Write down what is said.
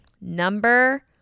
Number